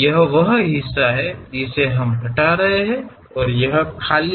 यह वह हिस्सा है जिसे हम हटा रहे हैं और यह खाली है